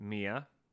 Mia